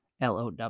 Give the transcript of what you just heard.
LOW